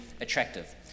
attractive